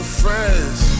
friends